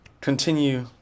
continue